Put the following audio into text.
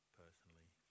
personally